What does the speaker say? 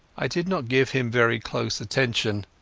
i did not give him very close attention.